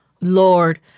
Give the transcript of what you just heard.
Lord